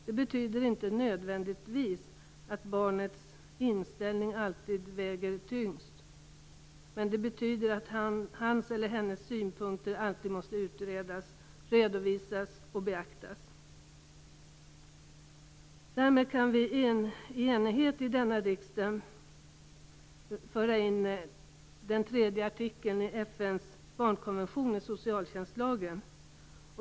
Det betyder inte nödvändigtvis att barnets inställning alltid väger tyngst, men det betyder att hans eller hennes synpunkter alltid måste utredas, redovisas och beaktas. Därmed kan vi i enighet i denna riksdag föra in den tredje artikeln i FN:s barnkonvention i socialtjänstlagen.